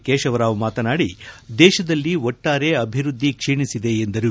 ಕೇಶವರಾವ್ ಮಾತನಾಡಿ ದೇಶದಲ್ಲಿ ಒಟ್ಟಾರೆ ಅಭಿವೃದ್ದಿ ಕ್ಷೀಣಿಸಿದೆ ಎಂದರು